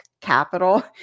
capital